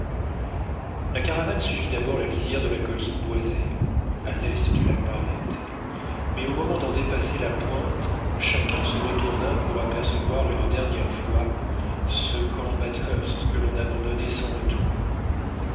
la caravane suivit d'abord la lisière de la colline boisée à l'est du lac barnett mais au moment d'en dépasser la pointe chacun se retourna pour apercevoir une dernière fois ce cap bathurst que l'on abandonnait sans retour